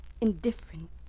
indifferent